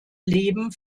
leben